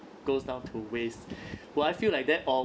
goes down to waste would I feel like that or